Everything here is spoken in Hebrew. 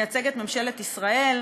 מייצג את ממשלת ישראל.